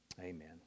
Amen